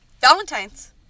Valentine's